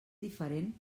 diferent